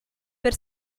per